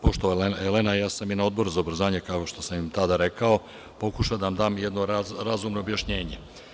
Poštovana Olena, ja sam i na Odboru za obrazovanje kao što sam i tada rekao pokušao da dam jedno razumno objašnjenje.